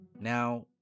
Now